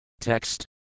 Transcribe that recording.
Text